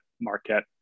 Marquette